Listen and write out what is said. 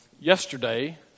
Yesterday